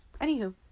Anywho